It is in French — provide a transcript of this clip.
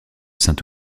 saint